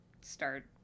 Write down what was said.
start